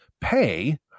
pay